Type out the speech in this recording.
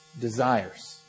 desires